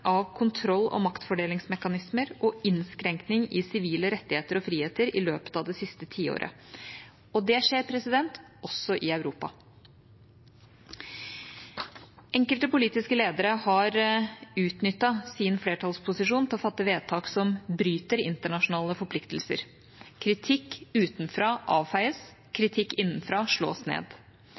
av kontroll- og maktfordelingsmekanismer og innskrenkning i sivile rettigheter og friheter i løpet av det siste tiåret. Det skjer også i Europa. Enkelte politiske ledere har utnyttet sin flertallsposisjon til å fatte vedtak som bryter internasjonale forpliktelser. Kritikk utenfra avfeies. Kritikk innenfra slås ned.